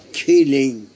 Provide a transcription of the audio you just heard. killing